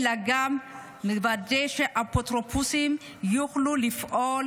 אלא גם מוודא שאפוטרופוסים יוכלו לפעול